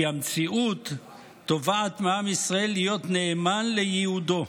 כי המציאות תובעת מעם ישראל להיות נאמן לייעודו.